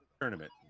tournament